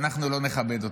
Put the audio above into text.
שאנחנו לא נכבד אותה.